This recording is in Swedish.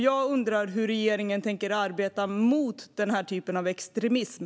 Jag undrar hur regeringen tänker arbeta mot den här typen av extremism.